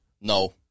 No